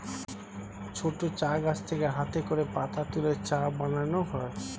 ছোট চা গাছ থেকে হাতে করে পাতা তুলে চা বানানো হয়